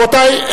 רבותי,